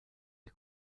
est